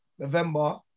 November